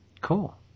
Cool